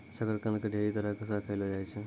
शकरकंद के ढेरी तरह से खयलो जाय छै